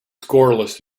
scoreless